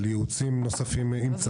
על ייעוצים נוספים אם צריך,